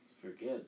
forget